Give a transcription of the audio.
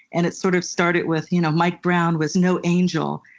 and it sort of started with, you know, mike brown was no angel.